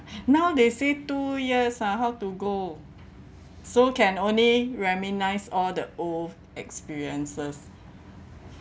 now they say two years ah how to go so can only reminisce all the old experiences